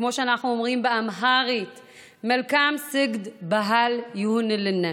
וכמו שאנחנו אומרים באמהרית: מלקם סגד בהל יהונלנה.